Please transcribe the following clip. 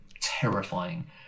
terrifying